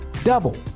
Double